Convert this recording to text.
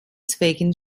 zwecken